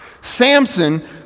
Samson